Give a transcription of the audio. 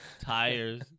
tires